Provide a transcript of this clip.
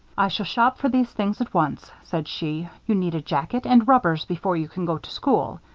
i shall shop for these things at once, said she. you need a jacket and rubbers before you can go to school.